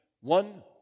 One